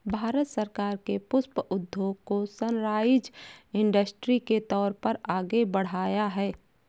भारत सरकार ने पुष्प उद्योग को सनराइज इंडस्ट्री के तौर पर आगे बढ़ाया है